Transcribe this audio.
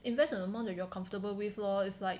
invest an amount you are comfortable with lor if like